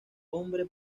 hombre